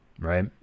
Right